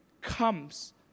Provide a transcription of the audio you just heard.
comes